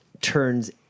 turns